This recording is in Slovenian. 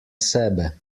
sebe